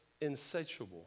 insatiable